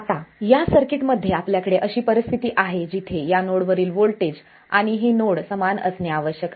आता या सर्किटमध्ये आपल्याकडे अशी परिस्थिती आहे जिथे या नोडवरील व्होल्टेज आणि हे नोड समान असणे आवश्यक आहे